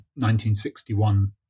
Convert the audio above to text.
1961